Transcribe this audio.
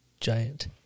giant